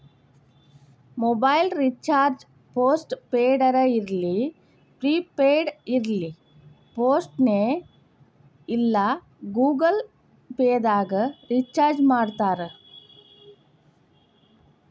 mobile recharge post ಪೇಡರ ಇರ್ಲಿ prepaid ಇರ್ಲಿ ಫೋನ್ಪೇ ಇಲ್ಲಾ ಗೂಗಲ್ ಪೇದಾಗ್ ರಿಚಾರ್ಜ್ಮಾಡ್ತಾರ